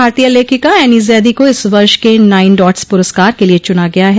भारतीय लेखिका एनी जैदी को इस वर्ष क नाइन डॉट्स पुरस्कार के लिए चुना गया है